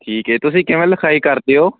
ਠੀਕ ਹੈ ਤੁਸੀਂ ਕਿਵੇਂ ਲਿਖਾਈ ਕਰਦੇ ਹੋ